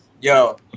yo